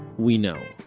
we know.